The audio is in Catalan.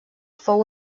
fou